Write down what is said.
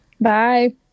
Bye